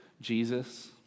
Jesus